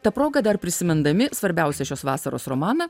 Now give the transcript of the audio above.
ta proga dar prisimindami svarbiausią šios vasaros romaną